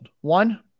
One